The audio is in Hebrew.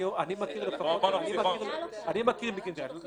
אני מכיר מקרים כאלה.